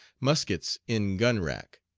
muskets in gun rack,